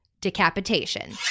Decapitation